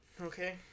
Okay